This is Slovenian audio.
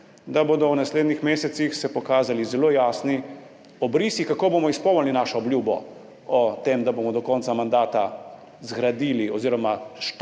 v naslednjih mesecih pokazali zelo jasni obrisi, kako bomo izpolnili svojo obljubo o tem, da bomo do konca mandata zgradili oziroma štartali